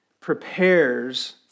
prepares